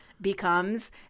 becomes